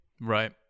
Right